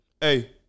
hey